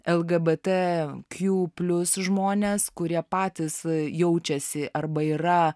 lqbtq žmones kurie patys jaučiasi arba yra